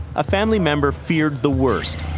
a family member feared the worst.